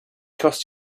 costs